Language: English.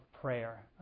prayer